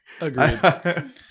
Agreed